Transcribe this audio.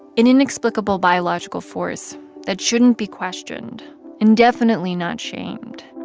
an inexplicable, biological force that shouldn't be questioned and definitely not shamed.